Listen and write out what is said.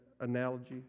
analogy